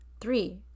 Three